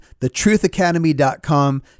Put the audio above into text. thetruthacademy.com